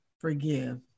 forgive